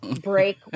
break